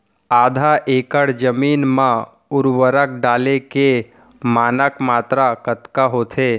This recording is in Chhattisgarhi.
आधा एकड़ जमीन मा उर्वरक डाले के मानक मात्रा कतका होथे?